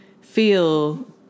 feel